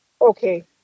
Okay